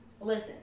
Listen